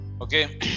Okay